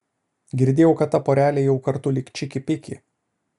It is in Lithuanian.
girdėjau kad ta porelė jau kartu lyg čiki piki